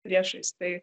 priešais tai